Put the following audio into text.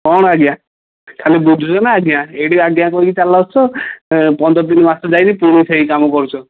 କ'ଣ ଆଜ୍ଞା ଖାଲି ବୁଝୁଛନା ଆଜ୍ଞା ଏଇଠି ଆଜ୍ଞା କହିକି ଚାଲି ଆସୁଛ ପନ୍ଦରଦିନ ମାସ ଯାଇନି ପୁଣି ସେହିକାମ କରୁଛ